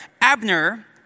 Abner